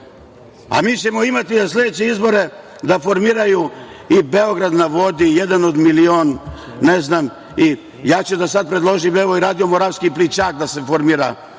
a mi ćemo imati za sledeće izbore da formiraju i Beograd na vodi, Jedan od milion. Ja ću sad da predložim, evo, i Radio moravski plićak da se formira